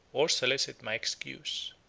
or solicit my excuse.